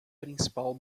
principal